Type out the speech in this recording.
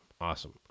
Awesome